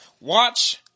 Watch